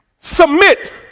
submit